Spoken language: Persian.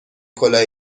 کلاه